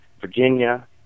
Virginia